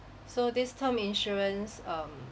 so this term insurance um